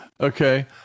okay